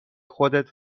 خودت